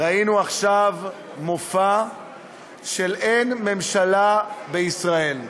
ראינו עכשיו מופע של אין ממשלה בישראל.